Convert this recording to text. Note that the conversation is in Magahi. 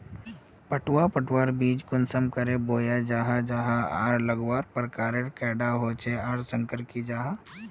पटवा पटवार बीज कुंसम करे बोया जाहा जाहा आर लगवार प्रकारेर कैडा होचे आर लगवार संगकर की जाहा?